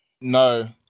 no